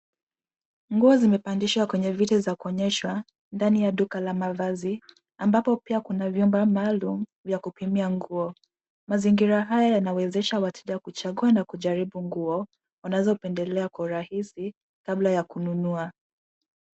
Nguo zimevalishwa kwenye vitu za kuonyeshwa ndani ya duka la mavazi ambapo pia kuna vyombo maalum vya kupimia nguo. Mazingira haya yanawezesha wateja kuchagua na kujaribu nguo wanazopendelea kwa urahisi badala ya kununua.